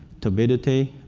turbidity,